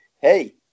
hey